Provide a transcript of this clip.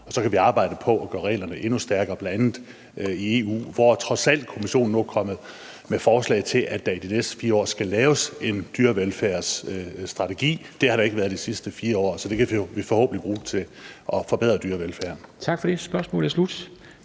så kan vi arbejde på at gøre reglerne endnu stærkere, bl.a. i EU, hvor Kommissionen trods alt nu er kommet med forslag til, at der i de næste 4 år skal laves en dyrevelfærdsstrategi. Det har der ikke været de sidste 4 år. Så det kan vi forhåbentlig bruge til at forbedre dyrevelfærden. Kl.